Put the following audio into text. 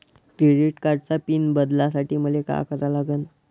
Credit कार्डाचा pin बदलासाठी मले का करा लागन?